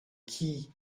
qui